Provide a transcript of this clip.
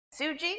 Suji